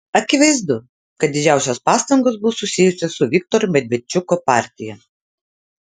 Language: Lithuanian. akivaizdu kad didžiausios pastangos bus susijusios su viktoro medvedčiuko partija